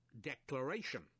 declaration